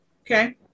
Okay